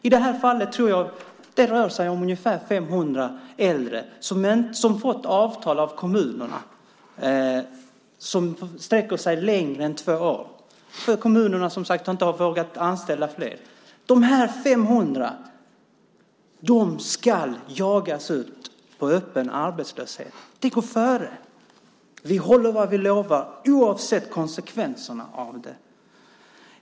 I det här fallet tror jag att det rör sig om ungefär 500 äldre som har fått avtal av kommunerna som sträcker sig längre än två år. Kommunerna har inte vågat anställa fler. Dessa 500 ska jagas ut i öppen arbetslöshet. Det går före. Vi håller vad vi lovar oavsett konsekvenserna av det.